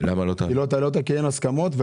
כי אין הסכמות.